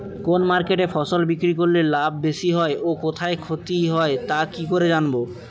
কোন মার্কেটে ফসল বিক্রি করলে লাভ বেশি হয় ও কোথায় ক্ষতি হয় তা কি করে জানবো?